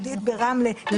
ברמלה --- מנסור ו-ווליד.